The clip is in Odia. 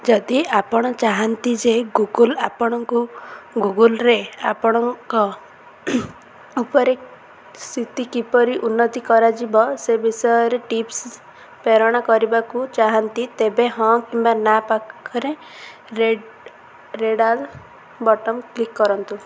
ଯଦି ଆପଣ ଚାହାଁନ୍ତି ଯେ ଗୁଗୁଲ୍ ଆପଣଙ୍କୁ ଗୁଗୁଲ୍ରେ ଆପଣଙ୍କ ଉପରେ ସ୍ଥିତି କିପରି ଉନ୍ନତ କରାଯିବ ସେ ବିଷୟରେ ଟିପ୍ସ ପ୍ରେରଣ କରିବାକୁ ଚାହାଁନ୍ତି ତେବେ ହଁ କିମ୍ୱା ନା ପାଖରେ ରେଡ଼ ରେଡ଼ାଲ୍ ବଟନ୍ କ୍ଲିକ୍ କରନ୍ତୁ